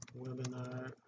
webinar